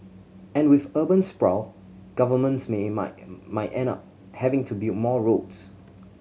and with urban sprawl governments may might might end up having to build more roads